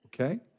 Okay